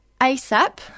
ASAP